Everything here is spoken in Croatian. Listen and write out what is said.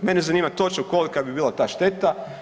Mene zanima točno kolika bi bila ta šteta.